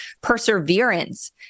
perseverance